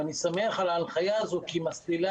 ואני שמח על ההנחיה הזו כי היא מסדירה